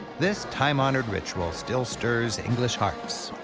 this time-honored ritual still stirs english hearts.